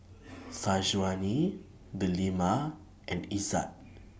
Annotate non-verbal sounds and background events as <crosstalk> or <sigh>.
<noise> Syazwani Delima and Izzat